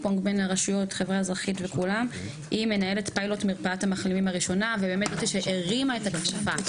היא מנהלת את מרפאת המחלימים הראשונה והיא זו שהרימה את הכפפה.